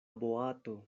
boato